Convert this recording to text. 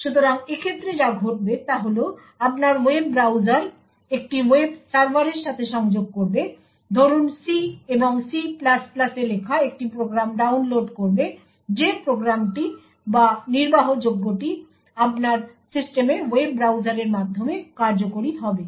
সুতরাং এক্ষেত্রে যা ঘটবে তা হল আপনার ওয়েব ব্রাউজার একটি ওয়েব সার্ভারের সাথে সংযোগ করবে ধরুন সি এবং সিএ লেখা একটি প্রোগ্রাম ডাউনলোড করবে যে প্রোগ্রামটি বা নির্বাহযোগ্যটি তারপর আপনার সিস্টেমে ওয়েব ব্রাউজারের মাধ্যমে কার্যকরি হবে